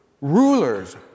rulers